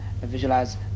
visualize